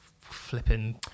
flipping